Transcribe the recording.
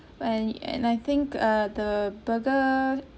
and and I think uh the burger